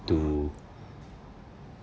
to